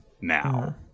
now